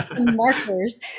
markers